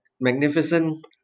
magnificent